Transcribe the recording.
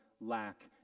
lack